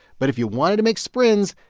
but if you wanted to make sbrinz,